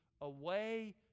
away